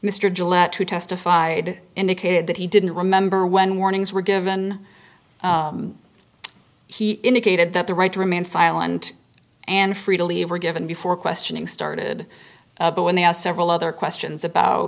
who testified indicated that he didn't remember when warnings were given he indicated that the right to remain silent and free to leave were given before questioning started but when they are several other questions about